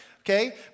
Okay